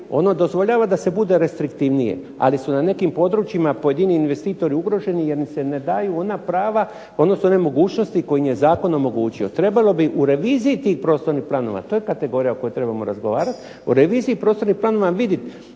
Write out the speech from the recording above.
ono dozvoljava da se bude restriktivnije. Ali su na nekim područjima pojedini investitori ugroženi jer im se ne daju ona prava, odnosno nemogućnosti koje im je zakon omogućio. Trebalo bi u reviziji tih prostornih planova, to je kategorija o kojoj trebamo razgovarati, o reviziji prostornih planova vidjeti